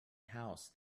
house